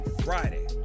Friday